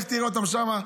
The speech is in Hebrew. לך תראה אותם שם,